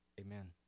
amen